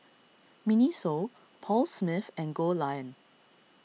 Miniso Paul Smith and Goldlion